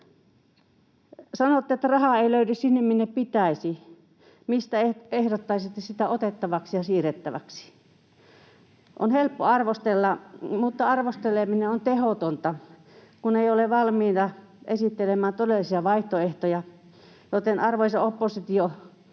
Sanotte, että rahaa ei löydy sinne, minne pitäisi. Mistä ehdottaisitte sitä otettavaksi ja siirrettäväksi? On helppo arvostella, mutta arvosteleminen on tehotonta, kun ei olla valmiita esittelemään todellisia vaihtoehtoja, joten arvoisa oppositio,